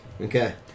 Okay